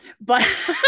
but-